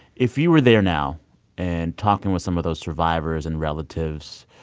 if you were there now and talking with some of those survivors and relatives,